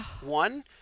One